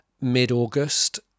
mid-August